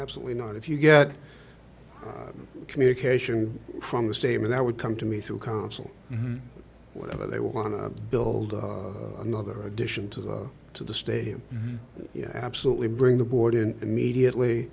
absolutely not if you get communication from the statement i would come to me through counsel whatever they want to build another addition to the to the stadium yeah absolutely bring the board in immediately